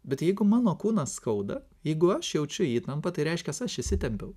bet jeigu mano kūną skauda jeigu aš jaučiu įtampą tai reiškias aš įsitempiau